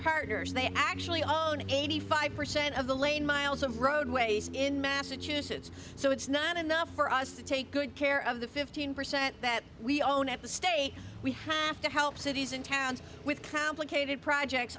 partners they actually own eighty five percent of the lane miles of roadways in massachusetts so it's not enough for us to take good care of the fifteen percent that we own at the state we have to help cities and towns with complicated projects